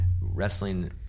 wrestling